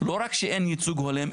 לא רק שאין ייצוג הולם,